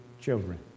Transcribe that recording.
children